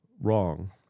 wrong